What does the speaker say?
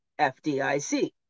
FDIC